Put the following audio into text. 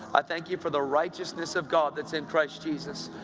i thank you for the righteousness of god that's in christ jesus.